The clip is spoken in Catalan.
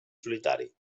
solitari